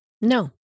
No